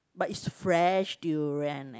but it's fresh durian leh